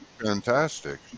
fantastic